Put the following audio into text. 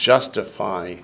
justify